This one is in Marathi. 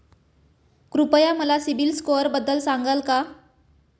कृपया मला सीबील स्कोअरबद्दल सांगाल का?